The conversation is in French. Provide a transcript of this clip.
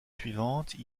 suivantes